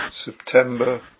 September